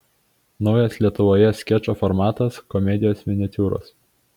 naujas lietuvoje skečo formatas komedijos miniatiūros